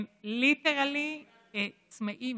הם literally צמאים,